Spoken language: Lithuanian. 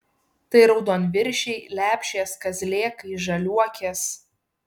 tai raudonviršiai lepšės kazlėkai žaliuokės